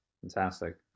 Fantastic